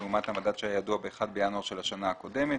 לעומת המדד שהיה ידוע ב-1 בינואר של השנה הקודמת.